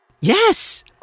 Yes